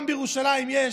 גם בירושלים יש